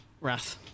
Wrath